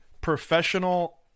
professional